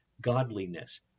godliness